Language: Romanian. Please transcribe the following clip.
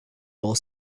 două